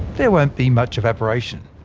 there won't be much evaporation.